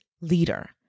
leader